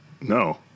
no